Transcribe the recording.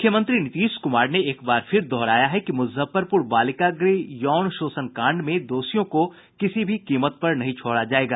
मुख्यमंत्री नीतीश कुमार ने एक बार फिर दोहराया है कि मुजफ्फरपुर बालिका गृह यौन शोषण कांड में दोषियों को किसी भी कीमत पर छोड़ा नहीं जायेगा